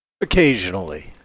Occasionally